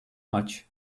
maç